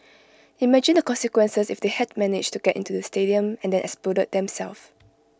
imagine the consequences if they had managed to get into the stadium and then exploded themselves